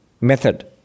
method